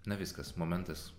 na viskas momentas